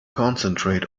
concentrate